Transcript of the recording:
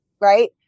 right